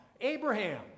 Abraham